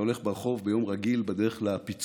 אתה הולך ברחוב ביום רגיל, בדרך לפיצוציה,